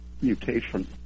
mutation